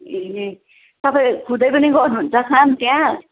ए तपाईँ खुदै पनि गर्नुहुन्छ काम त्यहाँ